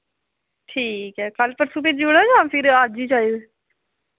ठीक ऐ कल परसु भेजी ओड़ां जां फिर अज्ज ई चाहिदे